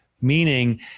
meaning